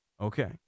Okay